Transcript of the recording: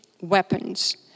weapons